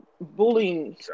bullying